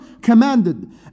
commanded